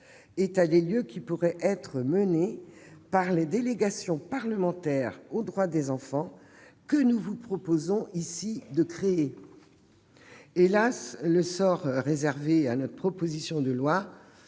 état des lieux qui pourrait être mené par les délégations parlementaires aux droits des enfants que nous vous proposons de créer. Hélas ! le sort réservé à notre proposition de loi